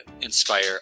inspire